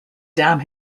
damn